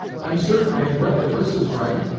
i'm certain i have read the verses right,